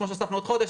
כמו שהוספנו עוד חודש,